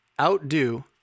outdo